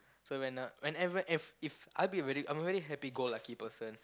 so when uh whenever if if I'll be very I'm a very happy go lucky person